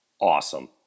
awesome